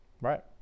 Right